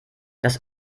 das